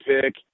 pick